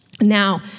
Now